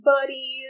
buddies